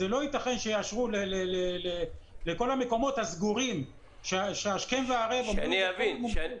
זה לא ייתכן שיאשרו לכל המקומות הסגורים שהשכם והערב עבדו --- יאיר,